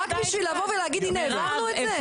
רק בשביל לבוא ולהגיד הנה, העברנו את זה?